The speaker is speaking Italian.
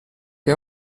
che